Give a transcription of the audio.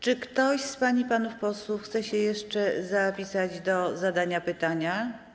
Czy ktoś z pań i panów posłów chce się jeszcze zapisać do zadania pytania?